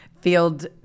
Field